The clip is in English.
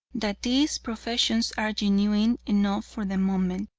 that these professions are genuine enough for the moment,